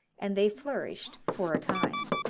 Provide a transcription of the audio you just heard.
and they flourished for a time.